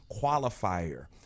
qualifier